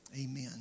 Amen